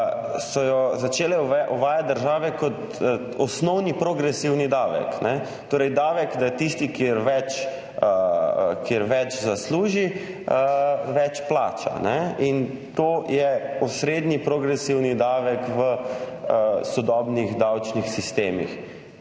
so jo začele države uvajati kot osnovni progresivni davek, torej davek, da tisti, ki več zasluži, več plača. To je osrednji progresivni davek v sodobnih davčnih sistemih.